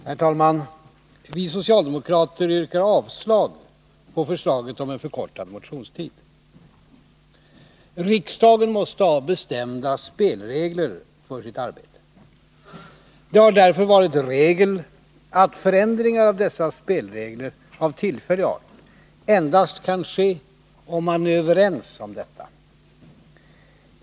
Herr talman! Vi socialdemokrater yrkar avslag på förslaget om en förkortad motionstid. Riksdagen måste ha bestämda spelregler för sitt arbete. Det har därför varit regel att förändringar av tillfällig art av dessa spelregler endast kan ske om man är överens om detta.